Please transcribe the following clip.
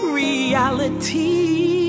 reality